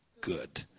good